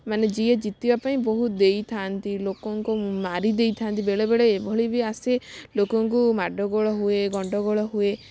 ମାନେ ଯିଏ ଜିତିବା ପାଇଁ ବହୁତ ଦେଇଥାନ୍ତି ଲୋକଙ୍କୁ ମାରିଦେଇଥାନ୍ତି ବେଳେବେଳେ ଏଭଳି ବି ଆସେ ଲୋକଙ୍କୁ ମାଡ଼ଗୋଳ ହୁଏ ଗଣ୍ଡୋଗୋଳ ହୁଏ